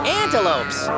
antelopes